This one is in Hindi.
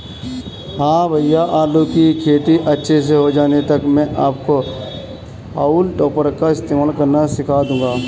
हां भैया आलू की खेती अच्छे से हो जाने तक मैं आपको हाउल टॉपर का इस्तेमाल करना सिखा दूंगा